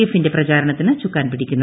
എഫിന്റെ പ്രചാരണത്തിന് ചുക്കാൻപിടിക്കുന്നത്